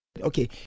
okay